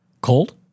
Cold